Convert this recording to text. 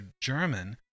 German